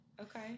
Okay